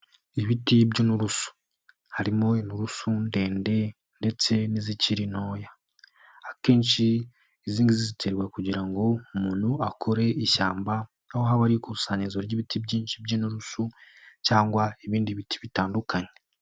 Ibiti by'inturusu. Harimo inturusu ndende ndetse n'izikiri ntoya. Akenshi izi ngizi ziterwa kugira ngo umuntu akore ishyamba, aho haba hari ikusanyirizwa ry'ibiti byinshi by'inturusu cyangwa ibindi biti bitandukanye.